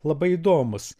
labai įdomus